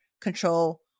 control